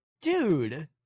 Dude